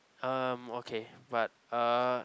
um okay but uh